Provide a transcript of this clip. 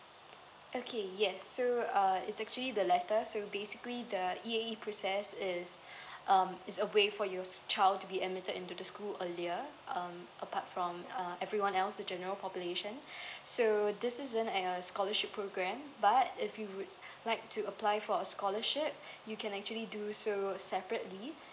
okay yes so uh it's actually the letters so basically the E_A_E process is um it's a way for your child to be admitted into the school earlier um apart from uh everyone else the general population so this isn't uh scholarship program but if you would like to apply for a scholarship you can actually do so separately